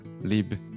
Lib